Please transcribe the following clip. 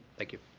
thank you.